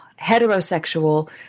heterosexual